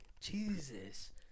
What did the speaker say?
Jesus